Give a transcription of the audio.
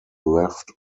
left